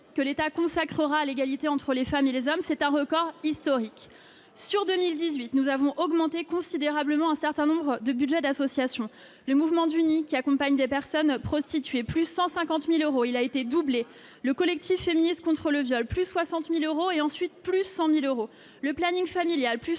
que l'État consacrera à l'égalité entre les femmes et les hommes. C'est un record historique ! En 2018, nous avons augmenté considérablement un certain nombre de budgets d'associations comme le Mouvement du Nid qui accompagne des personnes prostituées- plus 150 000 euros pour un budget qui a été doublé -, le Collectif féministe contre le viol- plus 60 000 euros et ensuite plus 100 000 euros -, le planning familial- plus